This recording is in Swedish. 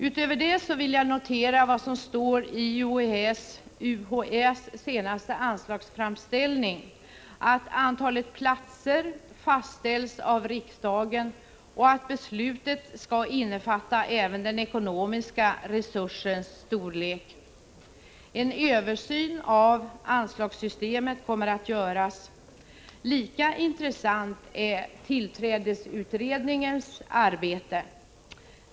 Utöver detta vill jag notera vad som står i UHÄ:s senaste anslagsframställning, nämligen att antalet platser fastställs av riksdagen och att beslutet skall innefatta även den ekonomiska resursens storlek. En översyn av anslagssystemet kommer att göras. Lika intressant är tillträdesutredningens arbete.